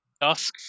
Dusk